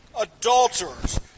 adulterers